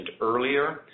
earlier